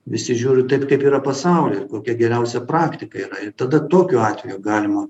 visi žiūri taip kaip yra pasaulyje kokia geriausia praktika yra ir tada tokiu atveju galima